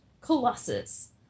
Colossus